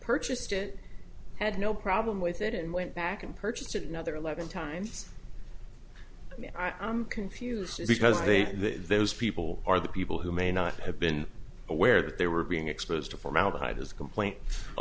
purchased it had no problem with it and went back and purchased another eleven times i mean i'm confused because i think those people are the people who may not have been aware that they were being exposed to formaldehyde his complaint